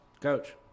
Coach